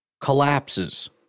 Collapses